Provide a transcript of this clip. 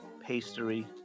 pastry